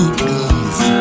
please